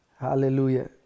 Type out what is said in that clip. Hallelujah